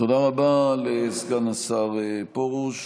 תודה רבה לסגן השר פרוש.